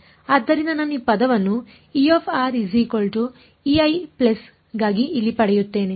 ಆದ್ದರಿಂದ ನಾನು ಈ ಪದವನ್ನು ಗಾಗಿ ಇಲ್ಲಿ ಪಡೆಯುತ್ತೇನೆ